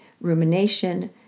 rumination